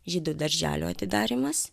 žydų darželio atidarymas